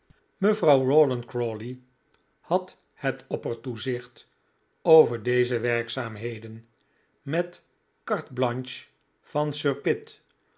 mevrouw rawdon crawley had het oppertoezicht over deze werkzaamheden met carte blanche van